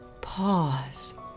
Pause